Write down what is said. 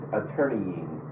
attorneying